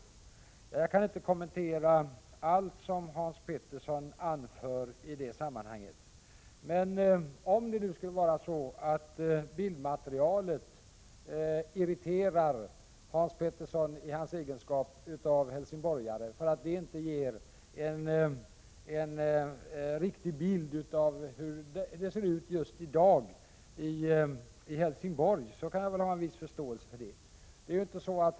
Jag kan inte kommentera allt som Hans Pettersson anför i det sammanhanget, men om materialet irriterar Hans Pettersson i hans egenskap av helsingborgare, därför att det inte ger en riktig bild av hur det ser ut just i dag i Helsingborg, har jag en viss förståelse för det.